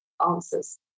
answers